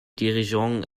dirigeants